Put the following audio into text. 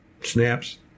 snaps